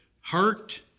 heart